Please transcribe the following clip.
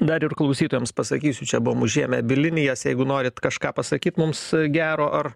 dar ir klausytojams pasakysiu čia buvom užėmę abi linijas jeigu norit kažką pasakyt mums gero ar